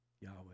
Yahweh